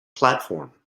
platform